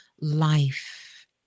life